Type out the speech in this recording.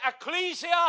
ecclesia